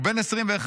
ובן 21,